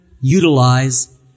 utilize